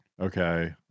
okay